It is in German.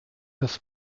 das